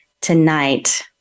tonight